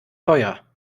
teuer